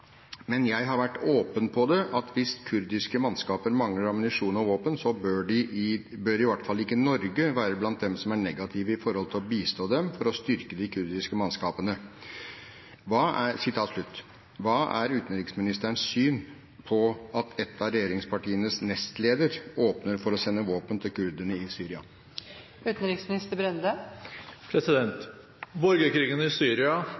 jeg har vært åpen på det, at hvis kurdiske mannskaper mangler ammunisjon og våpen, så bør i hvert fall ikke Norge være dem som er negative i forhold til å bistå dem for å styrke de kurdiske mannskapene.» Hva er utenriksministerens syn på at ett av regjeringspartienes nestleder åpner for å sende våpen til kurderne i Syria?» Borgerkrigen i Syria og konfliktene i